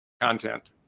content